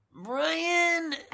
Brian